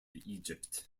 egypt